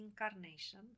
incarnation